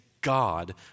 God